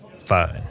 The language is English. Fine